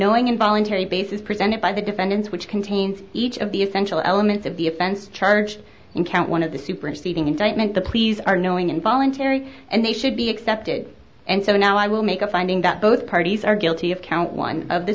knowing involuntary basis presented by the defendants which contains each of the essential elements of the offense charged in count one of the superseding indictment the pleas are knowing and voluntary and they should be accepted and so now i will make a finding that both parties are guilty of count one of the